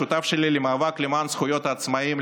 לשותף שלי למאבק למען זכויות העצמאים,